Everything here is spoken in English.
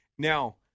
Now